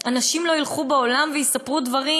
אנשים לא ילכו בעולם ויספרו דברים,